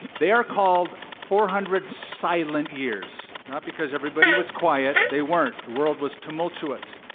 they are called four hundred silent years, not because everybody was quiet, they weren't. the world was tumultuous.